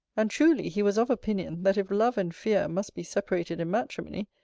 and, truly, he was of opinion, that if love and fear must be separated in matrimony,